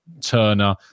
Turner